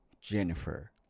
Jennifer